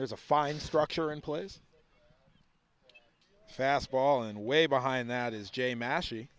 there's a fine structure in place fastball and way behind that is jay mas